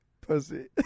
Pussy